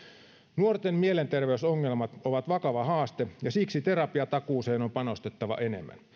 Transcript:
nuorten mielenterveysongelmat ovat vakava haaste ja siksi terapiatakuuseen on panostettava enemmän